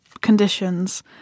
conditions